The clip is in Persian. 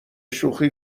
شوخی